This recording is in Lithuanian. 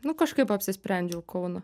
nu kažkaip apsisprendžiau į kauną